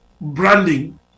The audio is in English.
branding